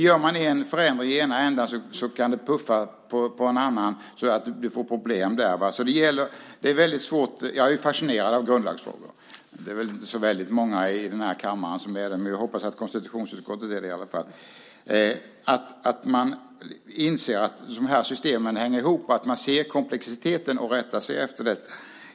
Gör man en förändring i ena änden kan det puffa på i den andra, och så blir det problem där. Jag är fascinerad av grundlagsfrågor. Det är väl inte så många i kammaren som är det, men jag hoppas att konstitutionsutskottet är det i alla fall. Det är viktigt att man inser att systemen hänger ihop och att man ser komplexiteten och rättar sig efter det.